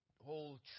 whole